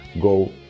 go